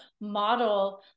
model